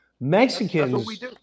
Mexicans